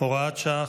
(הוראת שעה,